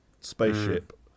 spaceship